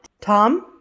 Tom